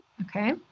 Okay